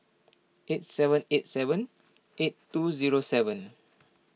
eight seven eight seven eight two zero seven